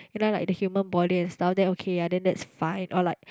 and then like the human body and stuff then okay ah then that's fine or like